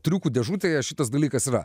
triukų dėžutėje šitas dalykas yra